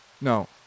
No